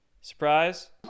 surprise